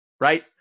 right